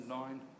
nine